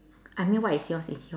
I mean what is yours is yours